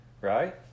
right